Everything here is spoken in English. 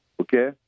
okay